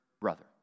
brother